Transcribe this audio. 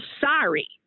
sorry